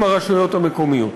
עם הרשויות המקומיות.